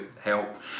help